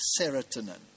serotonin